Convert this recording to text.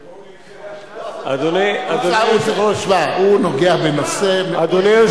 יבוא להתקלח, אדוני היושב-ראש, הוא נוגע בנושא, יש